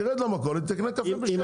יירד למכולת ויקנה קפה בשקל,